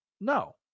No